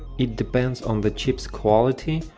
it depends on the chips quality,